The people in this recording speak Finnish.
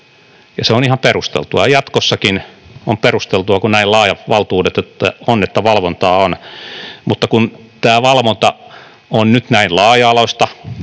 se on ihan perusteltua. Jatkossakin on perusteltua, kun näin laajat valtuudet on, että valvontaa on, mutta kun tämä valvonta on nyt näin laaja-alaista,